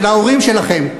של ההורים שלכם,